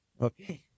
Okay